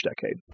decade